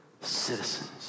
citizens